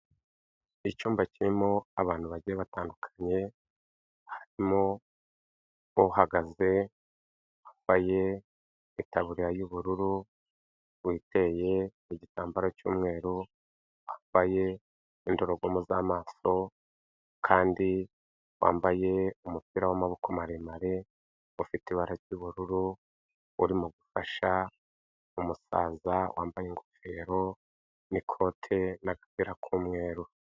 Icyumba kirimo abantu bagiye batandukanye harimo uhagaze wambaye itaburiya y'ubururu witeye igitambaro cy'umweru wambaye indorerwamo z'amaso kandi wambaye umupira w'amaboko maremare ufite ibara ry'ubururu urimo gufasha umusaza wambaye ingofero n'ikote n'agapira k'umweru.